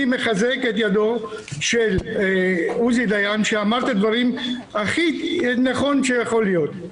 אני מחזק את ידו של עוזי דיין שאמר את הדברים הכי נכון שיכול להיות.